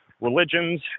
religions